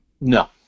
No